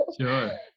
sure